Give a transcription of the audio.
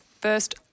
first